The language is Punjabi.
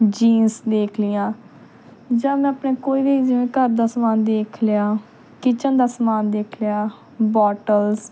ਜੀਨਸ ਦੇਖ ਲੀਆਂ ਜਦ ਮੈਂ ਆਪਣਾ ਕੋਈ ਵੀ ਜਿਵੇਂ ਘਰ ਦਾ ਸਮਾਨ ਦੇਖ ਲਿਆ ਕਿਚਨ ਦਾ ਸਮਾਨ ਦੇਖ ਲਿਆ ਬੋਟਲਸ